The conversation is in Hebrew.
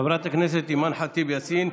חברת הכנסת אימאן ח'טיב יאסין,